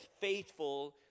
faithful